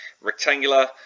Rectangular